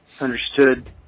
understood